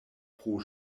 pro